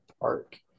Park